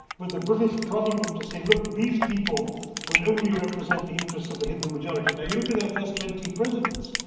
with the british prodding them to say, look, these people will only represent the interests of the hindu majority. now, and you look at their first twenty presidents,